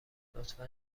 لطفا